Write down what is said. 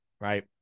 right